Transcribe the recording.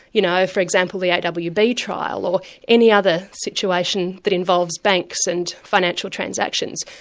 you know, for example the awb trial, or any other situation that involves banks and financial transactions.